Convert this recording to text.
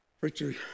Richard